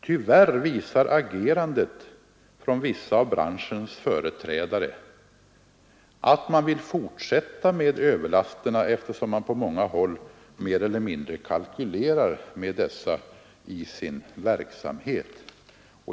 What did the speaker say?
Tyvärr visar agerandet från vissa av branschens företrädare att man vill fortsätta med överlasterna, eftersom man på många håll mer eller mindre kalkylerar med dessa i sin verksamhet.